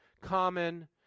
common